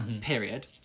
Period